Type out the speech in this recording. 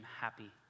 happy